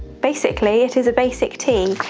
basically it is a basic tee.